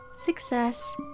success